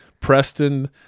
Preston